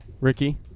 Ricky